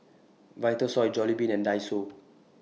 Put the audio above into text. Vitasoy Jollibean and Daiso